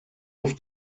auf